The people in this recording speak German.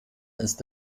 ist